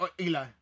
Eli